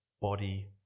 body